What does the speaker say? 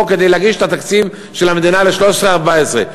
כדי להגיש את התקציב של המדינה ל-2013 2014,